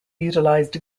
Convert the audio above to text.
utilized